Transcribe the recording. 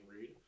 read